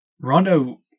Rondo